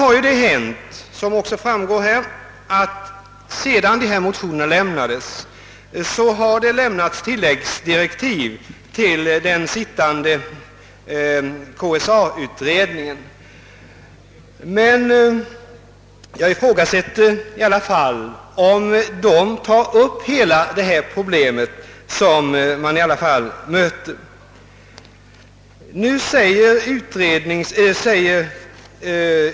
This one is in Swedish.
Däremot har det ju sedan ifrågavarande motioner väcktes lämnats tilläggsdirektiv till den sittande KSA-utredningen, men jag ifrågasätter om den tar upp hela detta problem, som vi ställs inför.